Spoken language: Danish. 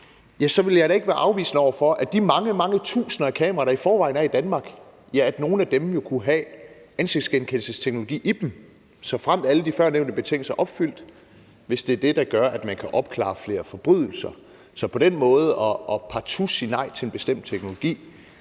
– så vil jeg da ikke være afvisende over for, at nogle af de mange, mange tusinder af kameraer, der i forvejen er i Danmark, kunne have ansigtsgenkendelsesteknologi i sig, såfremt alle de førnævnte betingelser er opfyldt, hvis det er det, der gør, at man kan opklare flere forbrydelser. Så på den måde partout at sige nej til en bestemt teknologi